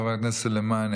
חברת הכנסת סלימאן,